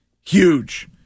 Huge